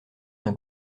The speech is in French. d’un